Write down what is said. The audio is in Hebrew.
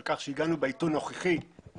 אני שב ומצר על כך שהגענו בעיתוי הנוכחי לוועדה.